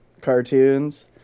cartoons